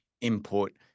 input